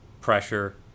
pressure